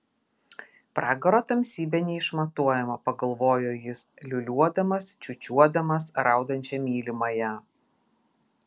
pragaro tamsybė neišmatuojama pagalvojo jis liūliuodamas čiūčiuodamas raudančią mylimąją